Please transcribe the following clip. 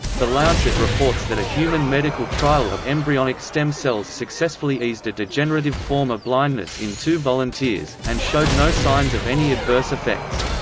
the lancet reports that a human medical trial of embryonic stem cells successfully eased a degenerative form of blindness in two volunteers, and showed no signs of any adverse effects.